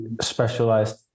specialized